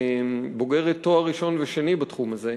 ובוגרת תואר ראשון ושני בתחום הזה.